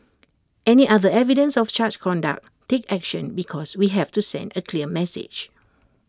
any other evidence of such conduct take action because we have to send A clear message